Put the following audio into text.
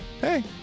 Hey